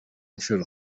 inshuro